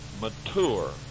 mature